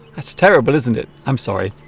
that's terrible isn't it i'm sorry